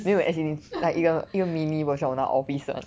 没有 as in like 一个一个 mini version of 那个 office 的